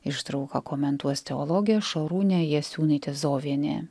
ištrauką komentuos teologė šarūnė jasiūnaitė zovienė